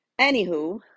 anywho